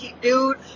dude